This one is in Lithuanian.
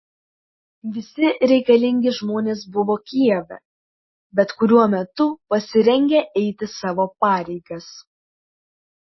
visi reikalingi žmonės buvo kijeve bet kuriuo metu pasirengę eiti savo pareigas